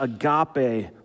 agape